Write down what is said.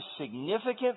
significant